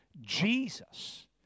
Jesus